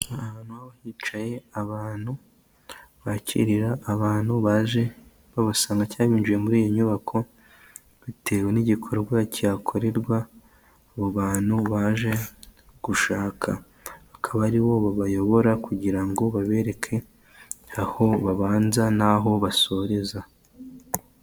Ahantu ha hicaye abantu bakirira abantu baje babasanga cyangwa binjiye muri iyi nyubako bitewe n'igikorwa cyakorerwa, abo bantu baje gushaka, akaba aribo babayobora kugira ngo babereke aho babanza n'aho basoreza.